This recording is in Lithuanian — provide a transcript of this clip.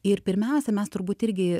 ir pirmiausia mes turbūt irgi